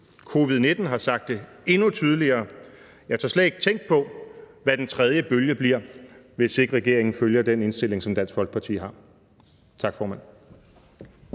covid-19 har vist det endnu tydeligere, og jeg tør slet ikke tænke på, hvad den tredje bølge bliver, hvis regeringen ikke følger den indstilling, som Dansk Folkeparti har. Tak, formand.